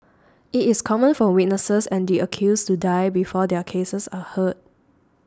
it is common for witnesses and the accused to die before their cases are heard